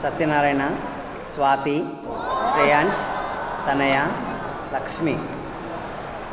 Satyanarayana Swathi Shreyans Tanaya Lakshmi